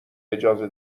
اجازه